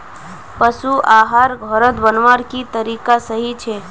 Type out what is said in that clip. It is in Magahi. पशु आहार घोरोत बनवार की तरीका सही छे?